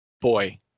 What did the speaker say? boy